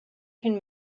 can